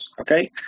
okay